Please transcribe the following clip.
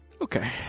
Okay